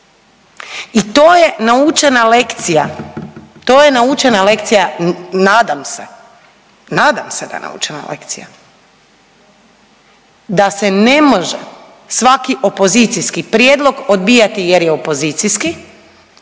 I to je naučena lekcija, to je naučena lekcija nadam se, nadam se da je naučena lekcija da se ne može svaki opozicijski prijedlog odbijati jer je opozicijski